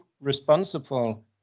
responsible